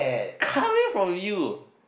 coming from you